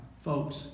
folks